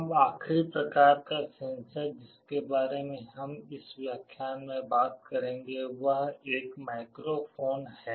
अब आखिरी प्रकार का सेंसर जिसके बारे में हम इस व्याख्यान में बात करेंगे वह एक माइक्रोफोन है